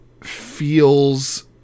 feels